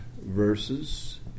verses